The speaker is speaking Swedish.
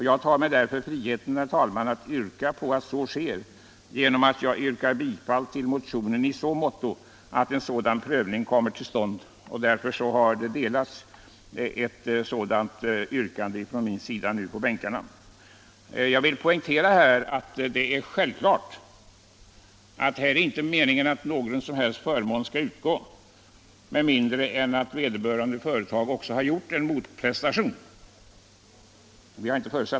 Jag tar mig därför friheten att föreslå att så sker, genom att yrka bifall till motionen 2542 i den mån den avser att en sådan prövning skall komma till stånd. Ett yrkande av den innebörden har därför nu delats på kammarledamöternas bänkar. Jag vill poängtera att vi självfallet förutsatt att inte någon som helst förmån skall utgå med mindre än att vederbörande företag också gjort en motprestation.